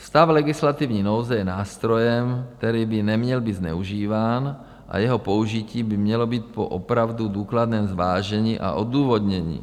Stav legislativní nouze je nástrojem, který by neměl být zneužíván, a jeho použití by mělo být po opravdu důkladném zvážení a odůvodnění.